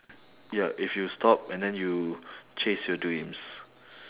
ya if you stop and then you chase your dreams